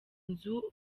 nzu